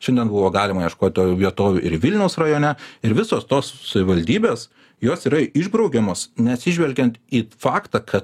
šiandien buvo galima ieškot vietovių ir vilniaus rajone ir visos tos savivaldybės jos yra išbraukiamos neatsižvelgiant į faktą kad